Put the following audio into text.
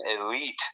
elite